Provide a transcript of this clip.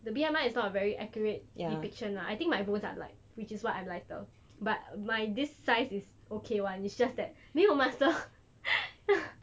the B_M_I is not a very accurate depiction lah I think my bones are light which is why I'm lighter but my this size is okay [one] it's just that 没有 muscle